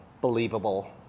believable